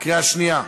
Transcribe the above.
בקריאה שנייה.